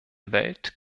welt